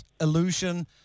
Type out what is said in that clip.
illusion